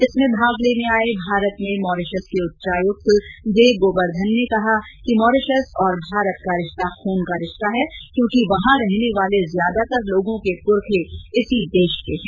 conclave में भाग लेने आए भारत में मॉरिशस के उच्चायुक्त जे गोबर्घन ने कहा कि मॉरिशस और भारत रिश्ता खून का रिश्ता है क्योंकि वहां रहने वाले ज्यादातर लोगों के पुरखे इसी देश के हैं